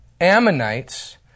Ammonites